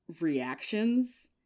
reactions